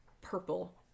purple